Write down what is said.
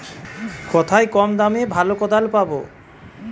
কোথায় কম দামে ভালো কোদাল পাব?